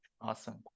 Awesome